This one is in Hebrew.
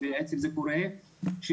לא בצורה שפוגעת